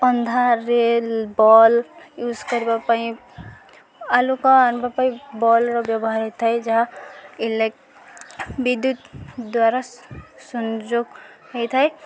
ଅନ୍ଧାରେ bulb use କରିବା ପାଇଁ ଆଲୁକ ଆନିବା ପାଇଁ ବଲର ବ୍ୟବହାର ହେଇଥାଏ ଯାହା ଲେ ବିଦ୍ୟୁତ ଦ୍ୱାରା ସଂଯୋଗ ହେଇଥାଏ